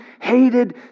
hated